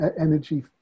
energy